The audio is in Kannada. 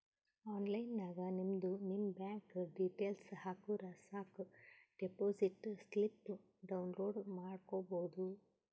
ಆನ್ಲೈನ್ ನಾಗ್ ನಿಮ್ದು ನಿಮ್ ಬ್ಯಾಂಕ್ ಡೀಟೇಲ್ಸ್ ಹಾಕುರ್ ಸಾಕ್ ಡೆಪೋಸಿಟ್ ಸ್ಲಿಪ್ ಡೌನ್ಲೋಡ್ ಮಾಡ್ಕೋಬೋದು